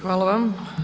Hvala vama.